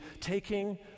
taking